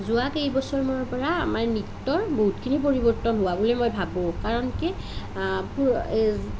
যোৱা কেইবছৰমানৰ পৰা আমাৰ নৃত্যৰ বহুতখিনি পৰিবৰ্তন হোৱা বুলি মই ভাবোঁ কাৰণ কি